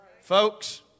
Folks